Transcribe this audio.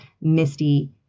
Misty